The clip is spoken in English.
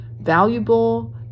valuable